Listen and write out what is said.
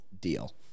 deal